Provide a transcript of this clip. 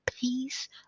peace